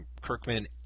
kirkman